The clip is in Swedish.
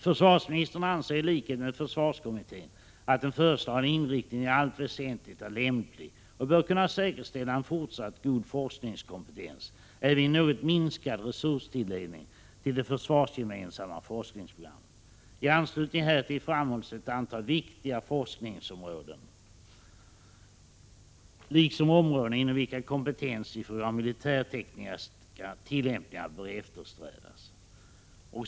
Försvarsministern anser i likhet med försvarskommittén att den föreslagna inriktningen i allt väsentligt är lämplig och bör kunna säkerställa en fortsatt god forskningskompetens även vid en något minskad resurstilldelning till det försvarsgemensamma forskningsprogrammet. I anslutning härtill framhålls ett antal viktiga forskningsområden liksom områden inom vilka kompetens i fråga om militärtekniska tillämpningar bör eftersträvas.